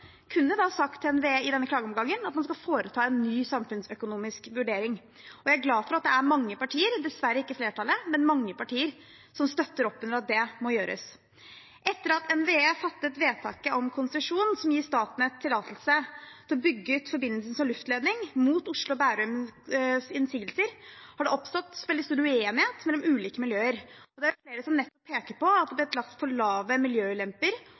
sagt til NVE at man skal foreta en ny samfunnsøkonomisk vurdering. Jeg er glad for at det er mange partier – dessverre ikke flertallet – som støtter opp under at det må gjøres. Etter at NVE fattet vedtaket om konsesjon som gir Statnett tillatelse til å bygge ut forbindelsen som luftledning, mot Oslo og Bærums innsigelser, har det oppstått veldig stor uenighet mellom ulike miljøer. Det er flere som peker på at det ble lagt for lave miljøulemper